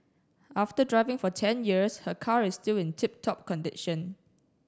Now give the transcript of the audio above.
after driving for ten years her car is still in tip top condition